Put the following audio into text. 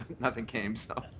nothing came. you know